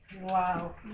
Wow